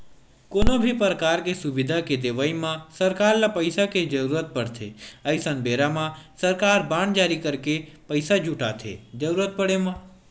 कोनो भी परकार के सुबिधा के देवई म सरकार ल पइसा के जरुरत पड़थे अइसन बेरा म सरकार बांड जारी करके पइसा जुटाथे जरुरत पड़े म